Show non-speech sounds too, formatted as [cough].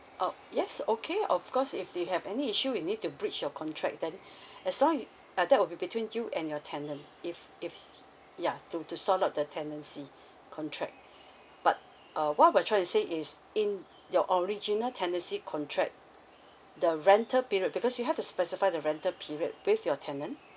orh yes okay of course if they have any issue you need to breach your contract then as long you uh that will be between you and your tenant if if [noise] ya to to sort out the tenancy contract but uh what we're trying to say is in your original tenancy contract the rental period because you have to specify the rental period with your tenant